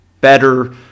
better